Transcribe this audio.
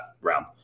round